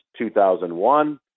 2001